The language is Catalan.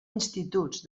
instituts